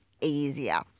easier